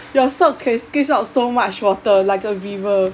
your socks can squeeze out so much water like a river